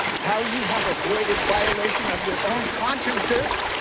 how you have avoided violation of your own consciences,